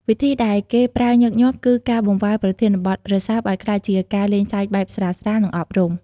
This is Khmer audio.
វិធីដែលគេប្រើញឹកញាប់គឺការបង្វែរប្រធានបទរសើបឲ្យក្លាយជាការលេងសើចបែបស្រាលៗ និងអប់រំ។